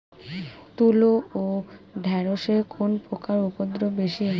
তুলো ও ঢেঁড়সে কোন পোকার উপদ্রব বেশি হয়?